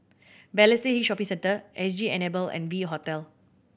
Balestier Hill Shopping Centre S G Enable and V Hotel